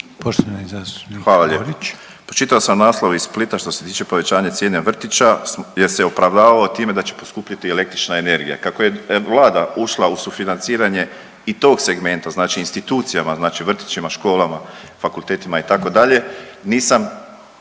Josip (HDZ)** Hvala lijepo. Pročitao sam naslov iz Splita što se tiče povećanje cijene vrtića, jer se opravdavalo time da će poskupiti i električna energija. Kako je Vlada ušla u sufinanciranje i tog segmenta, znači institucijama, znači vrtićima, školama, fakultetima itd. nisam